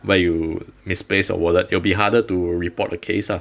where you misplace your wallet it'll be harder to report the case lah